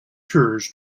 tours